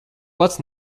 pats